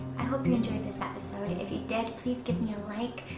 i hope you enjoyed this episode. if you did, please give me a like,